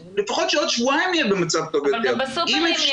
לפחות שעוד שבועיים נהיה במצב טוב יותר --- אבל גם בסוּפרים יש סיכון.